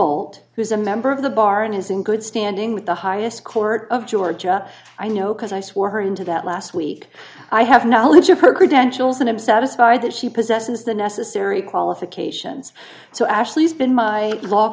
bolt who is a member of the bar and is in good standing with the highest court of georgia i know because i swore her into that last week i have knowledge of her credentials and i'm satisfied that she possesses the necessary qualifications so ashley's been my law